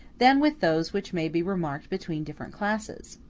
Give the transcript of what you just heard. than with those which may be remarked between different classes.